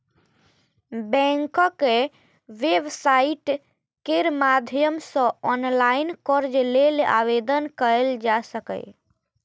बैंकक वेबसाइट केर माध्यम सं ऑनलाइन कर्ज लेल आवेदन कैल जा सकैए